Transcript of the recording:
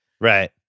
Right